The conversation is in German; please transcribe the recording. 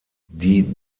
die